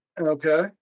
Okay